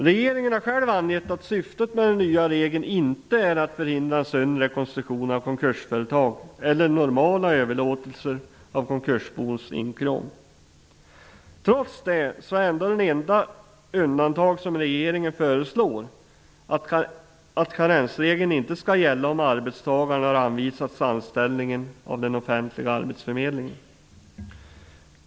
Regeringen har själv angett att syftet med den nya regeln inte är att förhindra sund rekonstruktion av konkursföretag eller normala överlåtelser av konkursbons inkråm. Trots det är det enda undantag som regeringen föreslår att karensregeln inte skall gälla om arbetstagaren har anvisats anställningen av den offentliga arbetsförmedlingen.